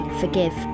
forgive